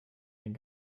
den